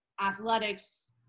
athletics